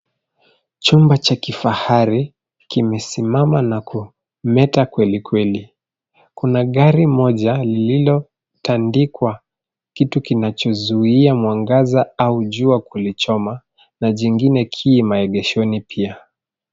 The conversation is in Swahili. Chumba cha kifahari kimisimama na kumeta kwelikweli. Kuna gari moja lilotandikwa kitu kinachuzuia mwangaza au jua kulichoma, na jingine ki maegeshoni pia.